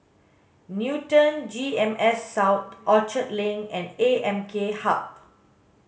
Newton G E M S South Orchard Link and A M K Hub